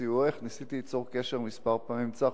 בסיועך, ניסיתי ליצור קשר כמה פעמים עם צח.